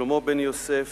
שלמה בן-יוסף,